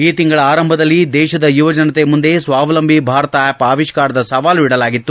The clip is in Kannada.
ಈ ತಿಂಗಳ ಆರಂಭದಲ್ಲಿ ದೇಶದ ಯುವಜನತೆ ಮುಂದೆ ಸ್ವಾವಲಂಬಿ ಭಾರತ ಆ್ಯಷ್ ಅವಿಷ್ಕಾರದ ಸವಾಲು ಇಡಲಾಗಿತ್ತು